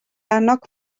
annog